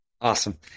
Awesome